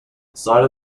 side